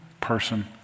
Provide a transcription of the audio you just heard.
person